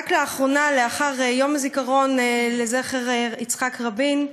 רק לאחרונה, לאחר יום הזיכרון ליצחק רבין,